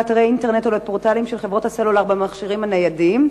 אתרי אינטרנט או פורטלים של חברות הסלולר במכשירים הניידים.